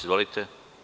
Izvolite.